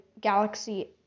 Galaxy